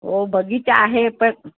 हो बगिचा आहे पण